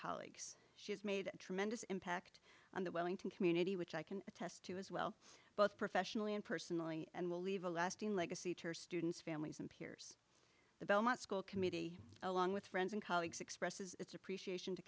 colleagues she has made a tremendous impact on the wellington community which i can attest to as well both professionally and personally and will leave a lasting legacy to her students families and peers the belmont school committee along with friends and colleagues expresses its appreciation to